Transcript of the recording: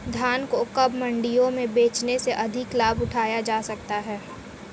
धान को कब मंडियों में बेचने से अधिक लाभ उठाया जा सकता है?